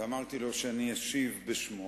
אמרתי לו שאני אשיב בשמו